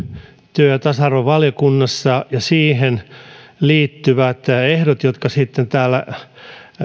työ ja tasa arvovaliokunnassa ja siihen liittyvät ehdot jotka sitten täällä